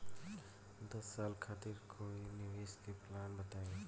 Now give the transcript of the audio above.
दस साल खातिर कोई निवेश के प्लान बताई?